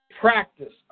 practice